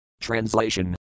Translation